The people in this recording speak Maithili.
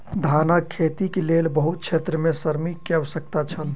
धानक खेतीक लेल बहुत क्षेत्र में श्रमिक के आवश्यकता छल